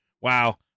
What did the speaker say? Wow